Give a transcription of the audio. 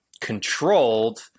controlled